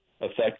affect